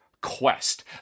Quest